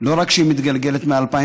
לא רק שהיא מתגלגלת מ-2005,